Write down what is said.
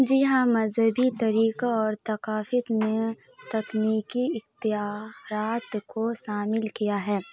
جی ہاں مذہبی طریقہ اور ثقافت میں تکنیکی اختیارات کو شامل کیا ہے